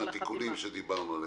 עם התיקונים שדיברנו עליהם.